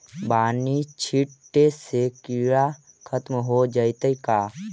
बानि छिटे से किड़ा खत्म हो जितै का?